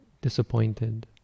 disappointed